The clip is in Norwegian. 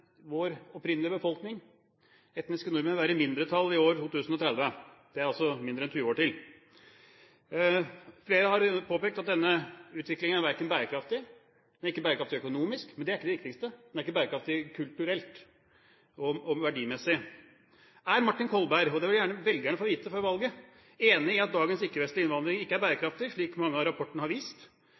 vår opprinnelige befolkning – etniske nordmenn – vil være i mindretall i år 2030. Det er mindre enn 20 år til. Flere har påpekt at denne utviklingen ikke er bærekraftig økonomisk. Men det er ikke det viktigste: Den er ikke bærekraftig kulturelt og verdimessig. Er Martin Kolberg – og det vil jeg gjerne at velgerne får vite før valget – enig i at dagens ikke-vestlige innvandring ikke er bærekraftig, slik mange av rapportene har vist,